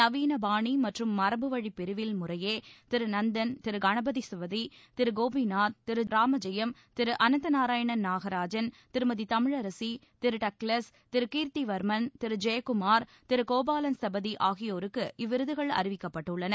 நவீனபாணி மற்றும் மரபுவழி பிரிவில் முறையே திரு நந்தன் திரு கணபதி ஸ்தபதி திரு கோபிநாத் திரு ராமஜெயம் திரு அனந்த நாராயணன் நாகராஜன் திருமதி தமிழரசி திரு டக்லஸ் திரு கீர்த்திவர்மன் திரு ஜெயக்குமார் திரு கோபாலன் ஸ்தபதி ஆகியோருக்கு இவ்விருதுகள் அறிவிக்கப்பட்டுள்ளன